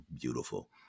beautiful